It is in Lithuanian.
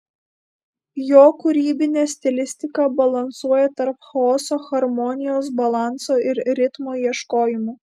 jo kūrybinė stilistika balansuoja tarp chaoso harmonijos balanso ir ritmo ieškojimų